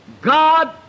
God